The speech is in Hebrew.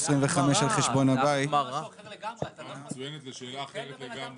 25% על חשבון הבית --- זו תשובה מצוינת לשאלה אחרת לגמרי.